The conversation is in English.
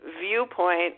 viewpoint